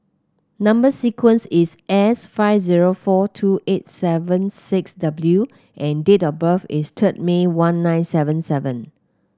number sequence is S five zero four two eight seven six W and date of birth is third May one nine seven seven